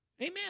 Amen